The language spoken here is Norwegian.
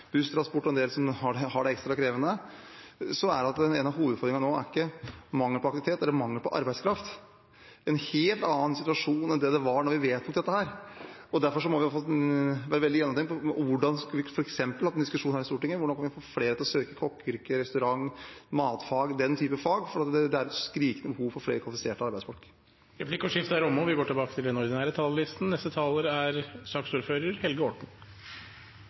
busstransport og hos andre som har det ekstra krevende, er ikke hovedutfordringen nå mangel på aktivitet – det er mangel på arbeidskraft. Det er en helt annen situasjon enn da vi vedtok dette. Derfor må vi tenke nøye gjennom hvordan vi f.eks. kan få flere til å søke seg til kokkeyrket, restaurantbransjen, matfag og den typen fag – som vi har hatt diskusjoner om her i Stortinget – for det er et skrikende behov for flere kvalifiserte arbeidsfolk. Replikkordskiftet er omme.